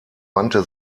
wandte